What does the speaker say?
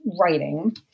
writing